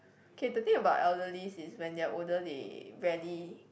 K the thing about elderlies is when they are older they rarely